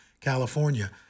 California